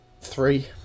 Three